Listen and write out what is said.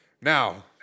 now